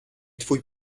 twój